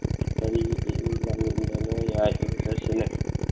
ꯀꯔꯤꯒꯤ ꯂꯝꯗꯅꯣ ꯌꯥꯏꯌꯦ ꯆꯠꯁꯤꯅꯦ